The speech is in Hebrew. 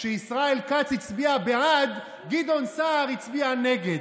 כשישראל כץ הצביע בעד, גדעון סער הצביע נגד.